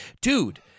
dude